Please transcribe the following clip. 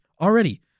already